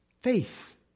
faith